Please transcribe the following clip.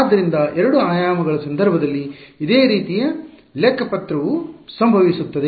ಆದ್ದರಿಂದ ಎರಡು ಆಯಾಮಗಳ ಸಂದರ್ಭದಲ್ಲಿ ಇದೇ ರೀತಿಯ ಲೆಕ್ಕಪತ್ರವು ಸಂಭವಿಸುತ್ತದೆ